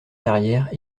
carrière